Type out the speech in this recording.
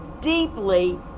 deeply